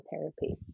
therapy